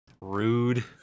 Rude